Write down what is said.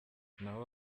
naho